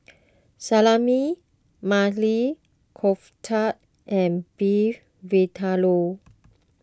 Salami Maili Kofta and Beef Vindaloo